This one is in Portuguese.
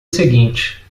seguinte